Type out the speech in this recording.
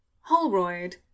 Holroyd